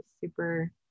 super